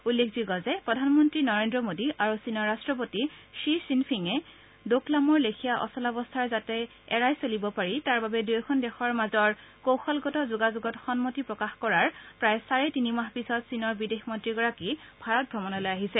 উল্লেখযোগ্য যে প্ৰধানমন্ত্ৰী নৰেড্ৰ মোদী আৰু চীনৰ ৰাট্টপতি য়ি য়িনফিঙে দোকলামৰ লেখীয়া অচলাৱস্থাৰ যাতে এৰাই চলিব পাৰি তাৰ বাবে দুয়োখন দেশৰ মাজৰ যোগাযোগত সন্মতি প্ৰকাশ কৰাৰ প্ৰায় চাৰে তিনিমাহ পিছত চীনৰ বিদেশ মন্ত্ৰীগৰাকী ভাৰত ভ্ৰমণলৈ আহিছে